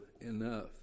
enough